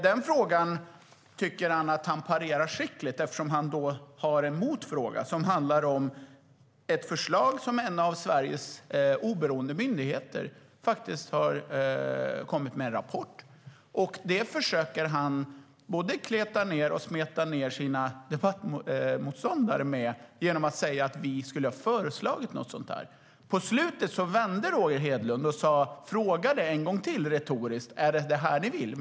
Den frågan tycker han att han parerar skickligt, eftersom han har en motfråga som handlar om ett förslag som en av Sveriges oberoende myndigheter har kommit med - det är en rapport. Han försöker kleta ned och smeta ned sina debattmotståndare genom att säga att vi skulle ha föreslagit något sådant. På slutet vände Roger Hedlund och frågade en gång till retoriskt: Är det detta ni vill?